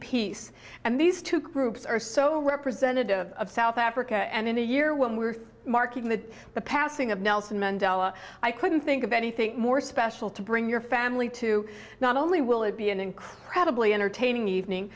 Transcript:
peace and these two groups are so representative of south africa and in a year when we're marking the passing of nelson mandela i couldn't think of anything more special to bring your family to not only will it be an incredibly entertaining evening